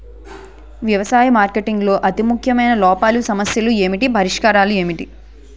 వ్యవసాయ మార్కెటింగ్ లో అతి ముఖ్యమైన లోపాలు సమస్యలు ఏమిటి పరిష్కారాలు ఏంటి?